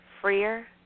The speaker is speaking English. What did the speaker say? freer